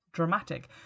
dramatic